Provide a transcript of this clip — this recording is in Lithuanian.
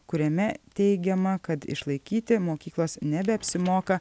kuriame teigiama kad išlaikyti mokyklos nebeapsimoka